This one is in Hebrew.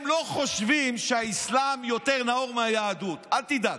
הם לא חושבים שהאסלאם יותר נאור מהיהדות, אל תדאג.